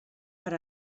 per